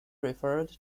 referred